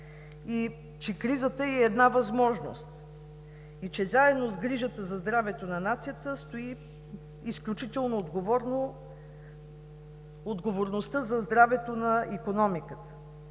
и че кризата е и възможност, че заедно с грижата за здравето на нацията стои изключително сериозно отговорността за здравето на икономиката.